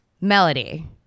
Melody